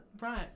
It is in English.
right